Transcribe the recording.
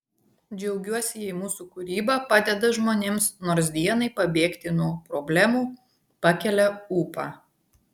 džiaugiuosi jei mūsų kūryba padeda žmonėms nors dienai pabėgti nuo problemų pakelia ūpą